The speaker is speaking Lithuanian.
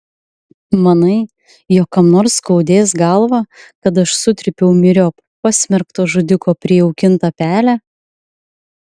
manai jog kam nors skaudės galvą kad aš sutrypiau myriop pasmerkto žudiko prijaukintą pelę